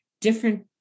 different